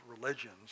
religions